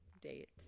date